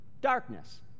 Darkness